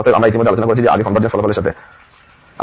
অতএব আমরা ইতিমধ্যেই আলোচনা করেছি যে আগে কনভারজেন্স ফলাফলের সাথে